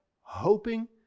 hoping